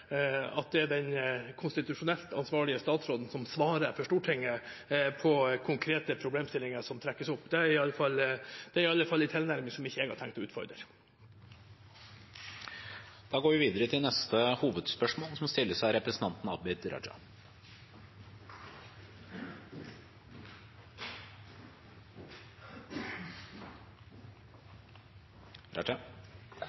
at det er den konstitusjonelt ansvarlige statsråden som svarer for Stortinget på konkrete problemstillinger som trekkes opp. Det er i alle fall en tilnærming som ikke jeg har tenkt til å utfordre. Vi går til neste hovedspørsmål.